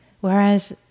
whereas